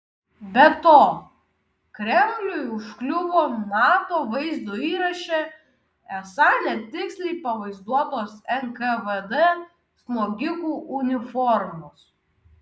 be to kremliui užkliuvo nato vaizdo įraše esą netiksliai pavaizduotos nkvd smogikų uniformos